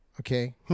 Okay